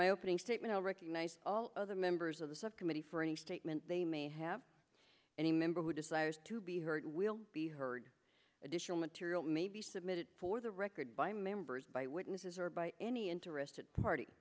my opening statement will recognize all other members of the subcommittee for any statement they may have any member who desires to be heard will be heard additional material may be submitted for the record by members by witnesses or by any interested party